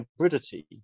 hybridity